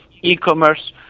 e-commerce